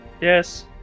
Yes